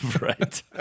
Right